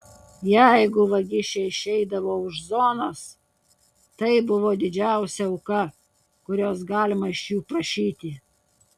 jeigu vagišiai išeidavo už zonos tai buvo didžiausia auka kurios galima iš jų prašyti